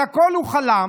על הכול הוא חלם,